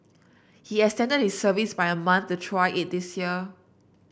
he extended his service by a month to try it this year